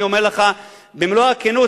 אני אומר לך במלוא הכנות,